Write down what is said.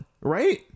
right